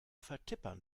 vertippern